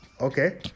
Okay